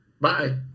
Bye